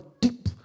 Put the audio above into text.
deep